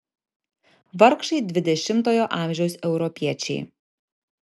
vargšai dvidešimtojo amžiaus europiečiai